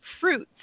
fruits